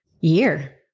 year